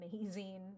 amazing